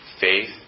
Faith